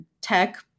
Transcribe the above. tech